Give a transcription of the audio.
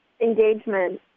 engagement